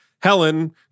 Helen